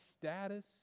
status